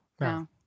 No